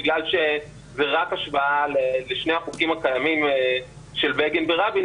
בגלל שזה רק השוואה לשני החוקים הקיימים של בגין ורבין,